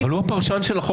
אבל הוא הפרשן של החוק.